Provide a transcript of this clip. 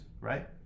right